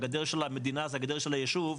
הגדר של המדינה זה הגדר של הישוב,